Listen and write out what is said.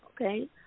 Okay